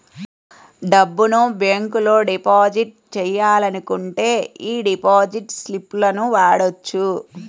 డబ్బును బ్యేంకులో డిపాజిట్ చెయ్యాలనుకుంటే యీ డిపాజిట్ స్లిపులను వాడొచ్చు